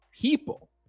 people